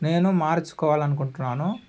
నేను మార్చుకోవాలని అనుకుంటున్నాను